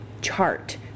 chart